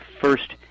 First